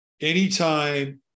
Anytime